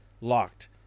locked